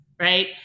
right